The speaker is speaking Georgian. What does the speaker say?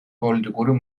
პოლიტიკური